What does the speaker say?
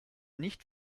nicht